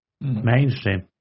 Mainstream